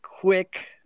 quick